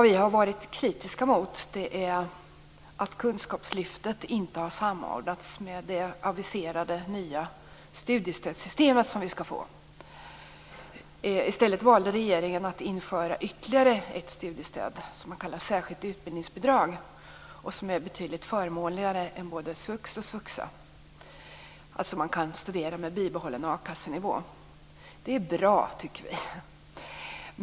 Vi har varit kritiska mot att kunskapslyftet inte har samordnats med det aviserade nya studiestödssystemet. I stället har regeringen valt att införa ytterligare ett studiestöd, ett särskilt utbildningsbidrag, som är betydligt förmånligare än både svux och svuxa, dvs. man kan studera med bibehållen a-kassenivå. Det är bra.